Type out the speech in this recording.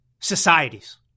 societies